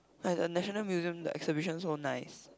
like the National Museum the exhibition so nice